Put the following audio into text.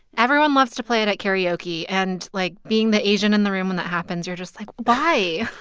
everyone loves to play it at karaoke. and, like, being the asian in the room when that happens, you're just like, why?